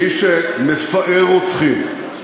מי שמפאר רוצחים,